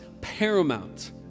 paramount